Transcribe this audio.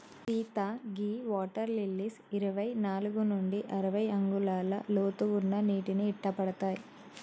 సీత గీ water lilies ఇరవై నాలుగు నుండి అరవై అంగుళాల లోతు ఉన్న నీటిని ఇట్టపడతాయి